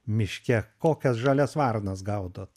miške kokias žalias varnas gaudot